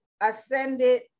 ascended